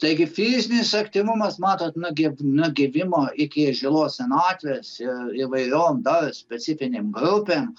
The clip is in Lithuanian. taigi fizinis aktyvumas matot nuo gi nuo gimimo iki žilos senatvės ir įvairiom dar specifinėm grupėm